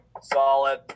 solid